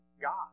God